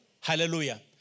Hallelujah